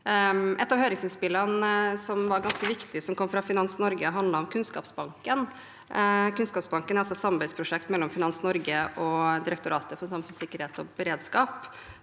Ett av høringsinnspillene som var ganske viktig, og som kom fra Finans Norge, handlet om Kunnskapsbanken. Kunnskapsbanken er et samarbeidsprosjekt mellom Finans Norge og Direktoratet for samfunnssikkerhet og beredskap,